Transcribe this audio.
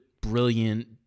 brilliant